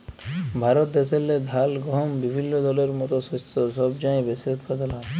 ভারত দ্যাশেল্লে ধাল, গহম বিভিল্য দলের মত শস্য ছব চাঁয়ে বেশি উৎপাদল হ্যয়